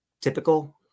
typical